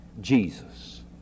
Jesus